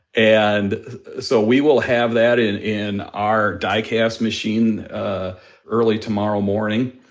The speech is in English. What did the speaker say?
and so we will have that in in our die cast machine early tomorrow morning.